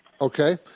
Okay